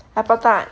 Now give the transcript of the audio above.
apple tart